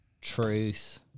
truth